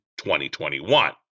2021